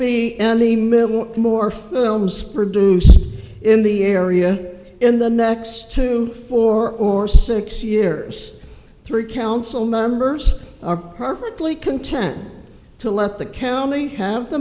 want more films produced in the area in the next two four or six years three council members are perfectly content to let the county have the